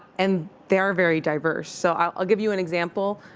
and they are very diverse. so i'll give you an example.